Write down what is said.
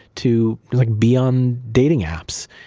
to like be on dating apps.